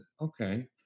okay